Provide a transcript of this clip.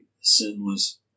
sinless